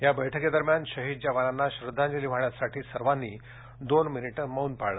या बैठकीदरम्यान शहीद जवानांना श्रध्दांजली वाहण्यासाठी सर्वांनी दोन मिनीट मौन पाळल